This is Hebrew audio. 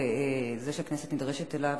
וזה שהכנסת נדרשת אליו,